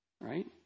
Right